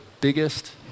biggest